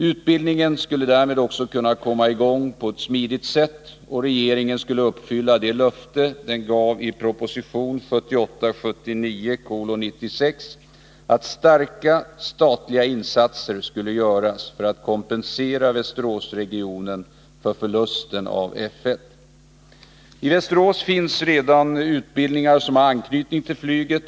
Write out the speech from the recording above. Utbildningen skulle därmed också kunna komma i gång på ett smidigt sätt, och regeringen skulle uppfylla det löfte den gav i proposition 1978/79:96 att starka statliga insatser skulle göras för att kompensera Västeråsregionen för förlusten av F 1. 149 I Västerås finns redan utbildningar som har anknytning till flyget.